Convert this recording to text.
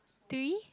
three